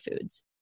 foods